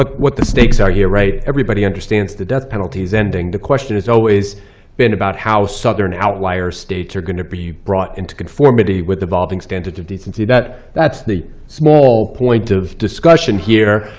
but what the stakes are here, right? everybody understands the death penalty is ending. the question has always been about how southern outlier states are going to be brought into conformity with evolving standards of decency. that's the small point of discussion here,